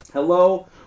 Hello